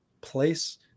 place